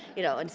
you know, and